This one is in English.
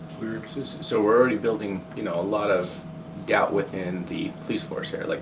so we're already building you know a lot of doubt within the police force here. like